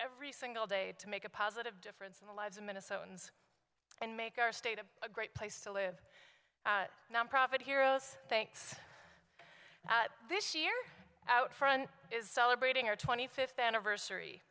every single day to make a positive difference in the lives of minnesotans and make our state of a great place to live nonprofit heroes thanks this year out front is celebrating our twenty fifth anniversary